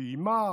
שאיימה